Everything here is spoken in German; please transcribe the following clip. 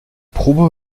probe